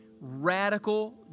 radical